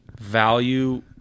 value